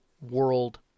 world